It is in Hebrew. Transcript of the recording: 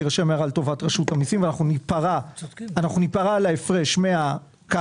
תירשם הערה לטובת רשות המיסים ואנחנו ניפרע על ההפרש מהקרקע.